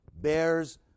bears